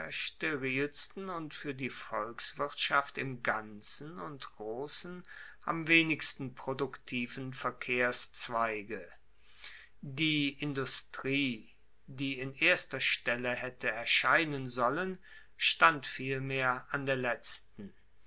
sterilsten und fuer die volkswirtschaft im ganzen und grossen am wenigsten produktiven verkehrszweige die industrie die in erster stelle haette erscheinen sollen stand vielmehr an der letzten